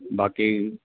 बाक़ी